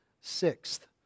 Sixth